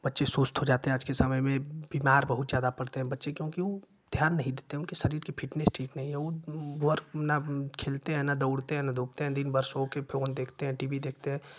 बच्चे सुस्त हो जाते हैं आज के समय में बीमार बहुत ज्यादा पड़ते हैं बच्चे क्योकि उ ध्यान नहीं देते बच्चे उनके शरीर की फिटनेस ठीक नहीं है उ वर्क न खेलते हैं न दौड़ते हैं न धूपते हैं दिन भर सो कर फोन देखते हैं टी भी देखते हैं